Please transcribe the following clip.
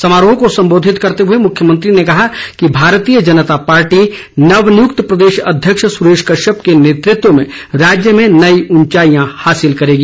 समारोह को सम्बोधित करते हए मुख्यमंत्री ने कहा कि भारतीय जनता पार्टी नवनियक्त प्रदेश अध्यक्ष सुरेश कश्यप के नेतत्व में राज्य में नई उंचाईयां हासिल करेगी